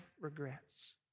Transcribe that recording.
regrets